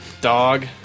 dog